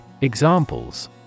Examples